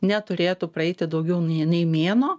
neturėtų praeiti daugiau nei nei mėnuo